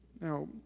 Now